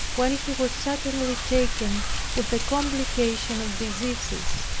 when he was suddenly taken with a complication of diseases.